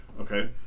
Okay